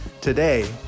Today